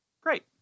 Great